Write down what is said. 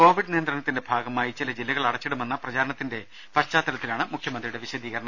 Covid നിയന്ത്രണത്തിന്റെ ഭാഗമായി ചില ജില്ലകൾ അടച്ചിടുമെന്ന പ്രചരാണത്തിന്റെ പശ്ചാത്തലത്തിലാണ് മുഖ്യമന്ത്രിയുടെ വിശദീകരണം